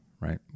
right